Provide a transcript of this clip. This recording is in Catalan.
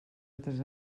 altres